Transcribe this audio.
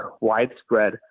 widespread